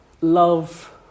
love